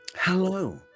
Hello